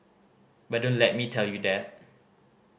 but don't let me tell you that